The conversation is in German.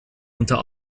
unter